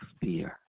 fear